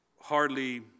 hardly